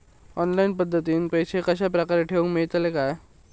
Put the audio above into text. Online पद्धतीन पैसे कश्या प्रकारे ठेऊक मेळतले काय?